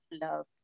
love